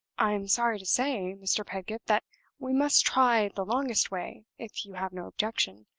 i am sorry to say, mr. pedgift, that we must try the longest way, if you have no objection,